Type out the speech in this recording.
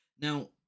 Now